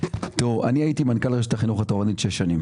אני הייתי מנכ"ל רשת החינוך התורנית שש שנים